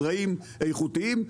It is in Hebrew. זרעים איכותיים.